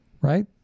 Right